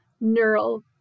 neural